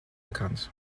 bekannt